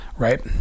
Right